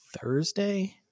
Thursday